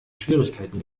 schwierigkeiten